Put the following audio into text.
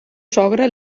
sogre